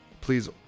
Please